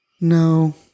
No